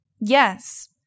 Yes